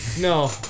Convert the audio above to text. No